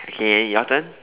okay and then your turn